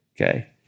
Okay